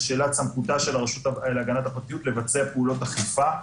שאלת סמכותה של הרשות להגנת הפרטיות לבצע פעולות אכיפה.